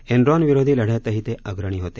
Enron विरोधी लढ्यातही ते अग्रणी होते